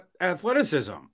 athleticism